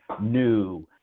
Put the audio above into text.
new